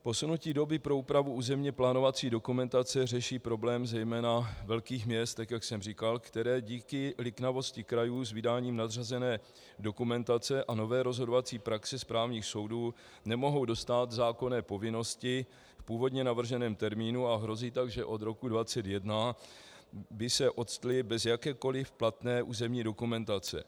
Posunutí doby pro úpravu územně plánovací dokumentace řeší problém zejména velkých měst, jak jsem říkal, která díky liknavosti krajů s vydáním nadřazené dokumentace a nové rozhodovací praxe správních soudů nemohou dostát zákonné povinnosti v původně navrženém termínu, a hrozí tak, že od roku 2021 by se octla bez jakékoli platné územní dokumentace.